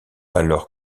alors